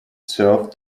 serve